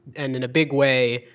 and in a big way,